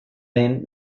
den